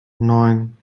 neun